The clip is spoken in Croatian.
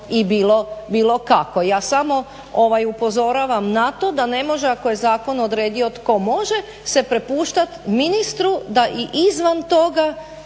i bilo kako. Ja samo upozoravam na to da ne može ako je zakon odredio tko može se prepuštati ministru da i izvan toga